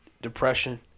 depression